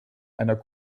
einer